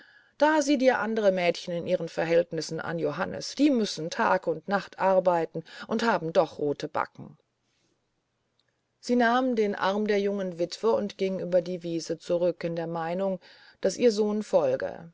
da sieh dir andere mädchen in ihren verhältnissen an johannes die müssen tag und nacht arbeiten und haben doch rote backen sie nahm den arm der jungen witwe und ging über die wiese zurück in der meinung daß ihr sohn folge